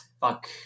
Fuck